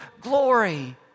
glory